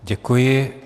Děkuji.